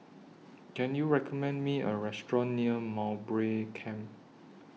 Can YOU recommend Me A Restaurant near Mowbray Camp